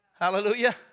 Hallelujah